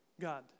God